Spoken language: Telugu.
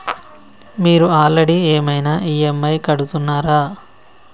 మీరు ఆల్రెడీ ఏమైనా ఈ.ఎమ్.ఐ కడుతున్నారా?